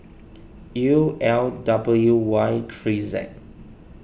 U L W Y three Z